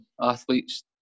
athletes